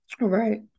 right